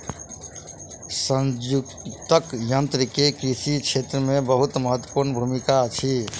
संयुक्तक यन्त्र के कृषि क्षेत्र मे बहुत महत्वपूर्ण भूमिका अछि